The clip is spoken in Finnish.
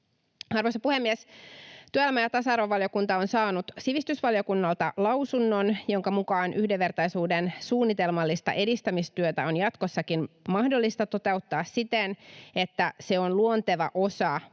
Arvoisa puhemies! Työelämä- ja tasa-arvovaliokunta on saanut sivistysvaliokunnalta lausunnon, jonka mukaan yhdenvertaisuuden suunnitelmallista edistämistyötä on jatkossakin mahdollista toteuttaa siten, että se on luonteva osa